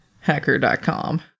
hacker.com